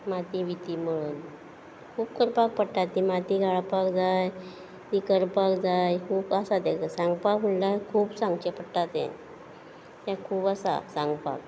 माती बिती मळून खूब करपाक पडटा ती माती घाळपाक जाय ती करपाक जाय खूब आसा तें सांगपाक म्हणल्यार खूब सांगचें पडटा तें तें खूब आसा सांगपाक